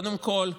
קודם כול,